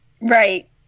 Right